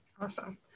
Awesome